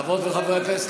חברות וחברי הכנסת,